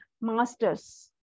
masters